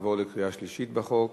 חוק לתיקון פקודת התעבורה